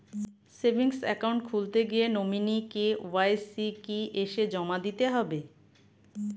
Savings account খুলতে গিয়ে nominee KYC কি এসে জমা দিতে হবে?